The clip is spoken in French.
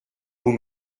vous